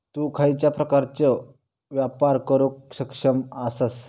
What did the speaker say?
तु खयच्या प्रकारचो व्यापार करुक सक्षम आसस?